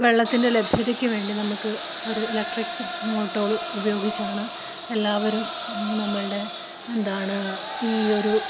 വെള്ളത്തിൻ്റെ ലഭ്യതയ്ക്ക് വേണ്ടി നമുക്കൊരു ഇലക്ട്രിക് മോട്ടോര് ഉപയോഗിച്ചാണ് എല്ലാവരും നമ്മുടെ എന്താണ് ഈയൊരു